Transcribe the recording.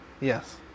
Yes